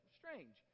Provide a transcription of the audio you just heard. strange